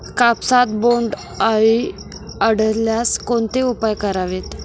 कापसात बोंडअळी आढळल्यास कोणते उपाय करावेत?